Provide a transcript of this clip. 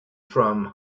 from